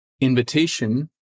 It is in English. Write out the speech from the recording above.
invitation